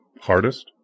Hardest